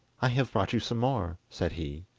i have brought you some more said he,